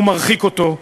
הוא מרחיק אותו.